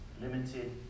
limited